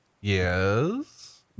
Yes